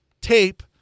tape